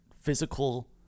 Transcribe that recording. physical